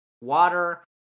water